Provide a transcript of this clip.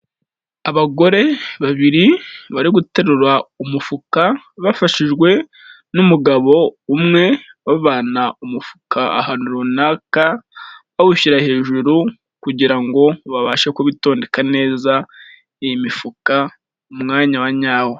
Abagore babiri bari guterura umufuka bafashijwe n'umugabo umwe bavana umufuka ahantu runaka, bawushyira hejuru kugira ngo babashe kubitondeka neza, iyi mifuka mu mwanya wa nyawo.